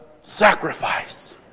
sacrifice